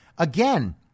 Again